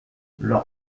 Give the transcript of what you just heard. leur